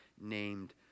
named